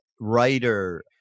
writer